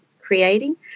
creating